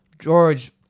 George